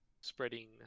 spreading